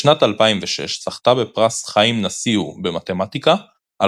בשנת 2006 זכתה בפרס חיים נסיהו במתמטיקה על